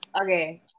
Okay